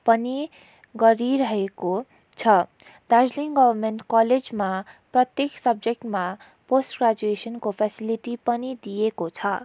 पनि गरिरहेको छ दार्जिलिङ गभर्नमेन्ट कलेजमा प्रत्येक सब्जेक्टमा पोस्ट ग्रेजुएसनको फेसिलिटी पनि दिइएको छ